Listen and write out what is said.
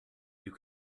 you